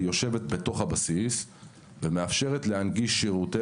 היא יושבת בתוך הבסיס ומאפשרת להנגיש שירותי